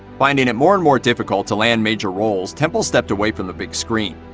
finding it more and more difficult to land major roles, temple stepped away from the big screen.